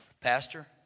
Pastor